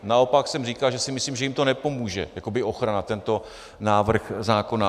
Naopak jsem říkal, že si myslím, že jim nepomůže jako ochrana tento návrh zákona.